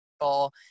people